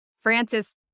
Francis